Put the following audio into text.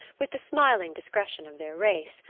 with the smiling discretion of their race,